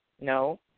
No